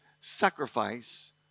sacrifice